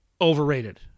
overrated